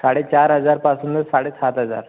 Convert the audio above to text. साडेचार हजारपासूनच साडेसात हजार